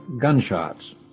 gunshots